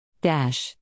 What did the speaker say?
dash